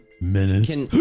menace